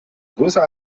größer